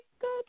good